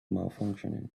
malfunctioning